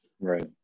Right